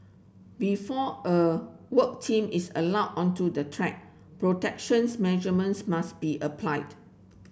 before a work team is allowed onto the track protections must be applied